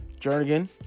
Jernigan